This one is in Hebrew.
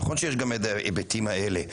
נכון שיש גם את ההיבטים האלה,